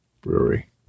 brewery